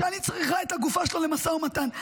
שאני צריכה את הגופה שלו למשא ומתן.